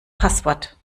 passwort